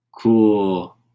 Cool